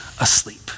asleep